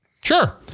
Sure